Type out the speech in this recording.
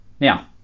Now